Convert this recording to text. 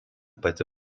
pati